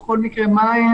מה הם,